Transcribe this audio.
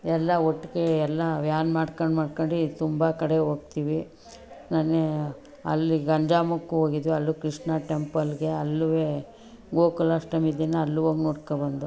ಎಲ್ಲ ಒಟ್ಟಿಗೆ ಎಲ್ಲ ವ್ಯಾನ್ ಮಾಡ್ಕೊಂಡು ಮಾಡ್ಕೊಂಡು ತುಂಬ ಕಡೆ ಹೋಗ್ತೀವಿ ಅಲ್ಲಿ ಅಲ್ಲಿ ಗಂಜಾಮಿಗೆ ಹೋಗಿದ್ದೋ ಅಲ್ಲೂ ಕೃಷ್ಣ ಟೆಂಪಲ್ಲಿಗೆ ಅಲ್ಲೂ ಗೋಕುಲಾಷ್ಟಮಿ ದಿನ ಅಲ್ಲೂ ಹೋಗಿ ನೋಡ್ಕೊಂಡ್ಬಂದೋ